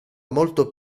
molto